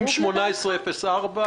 אם ב-2018 זה 0.4%,